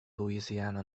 louisiana